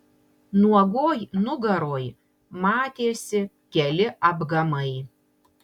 nuogoj nugaroj matėsi keli apgamai